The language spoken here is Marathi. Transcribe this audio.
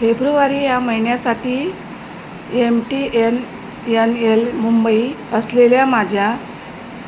फेब्रुवारी या महिन्यासाठी M T N N L Mumbai असलेल्या माझ्या